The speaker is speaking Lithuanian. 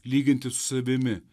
lyginti su savimi